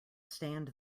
stand